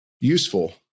useful